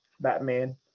Batman